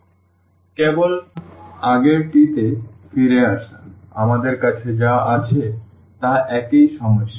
সুতরাং কেবল আগেরটিতে ফিরে আসা আমাদের কাছে যা আছে তা একই সমস্যা